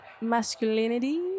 masculinity